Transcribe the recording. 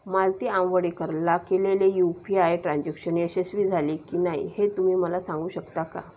मालती आंवडीकरला केलेले U P I transaction यशस्वी झाले की नाही हे तुम्ही मला सांगू शकता का